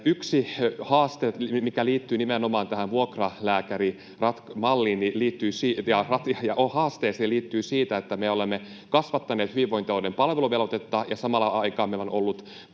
Yksi haaste, mikä liittyy nimenomaan tähän vuokralääkärimalliin, liittyy siihen, että me olemme kasvattaneet hyvinvointialueiden palveluvelvoitetta ja samaan aikaan meillä on ollut